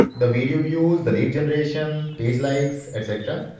the video views, the lead generation, page likes, etc.